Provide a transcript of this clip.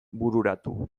bururatu